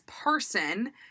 person